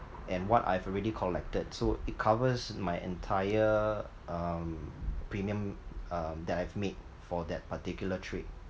and what I've already collected so it covers my entire um premium um that I've made for that particular trade